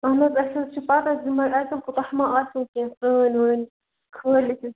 اہن حظ اسہِ حظ چھِ پتہ زِ اسہِ دوٚپ تۄہہِ ما آسوٕ کیٚنٛہہ خٲنۍ وٲنۍ